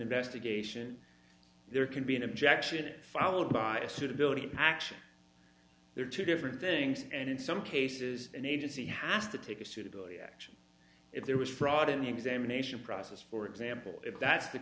investigation there can be an objection it followed by a suitability action there are two different things and in some cases an agency has to take a suitability action if there was fraud in the examination process for example if that's the